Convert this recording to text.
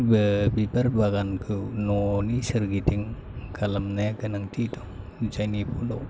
बिबार बागानखौ न'नि सोरगिदिं खालामनाया गोनांथि दं जायनि